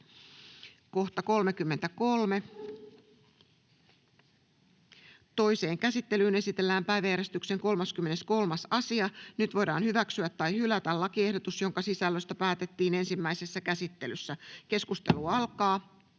Content: Toiseen käsittelyyn esitellään päiväjärjestyksen 10. asia. Nyt voidaan hyväksyä tai hylätä lakiehdotus, jonka sisällöstä päätettiin ensimmäisessä käsittelyssä. — Keskustelu alkaa.